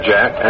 Jack